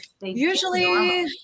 Usually